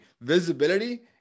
visibility